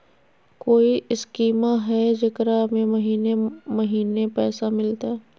कोइ स्कीमा हय, जेकरा में महीने महीने पैसा मिलते?